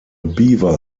beaver